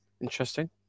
interesting